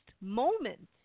moment